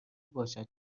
باشد